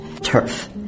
turf